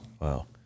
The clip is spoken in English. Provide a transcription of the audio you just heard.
Wow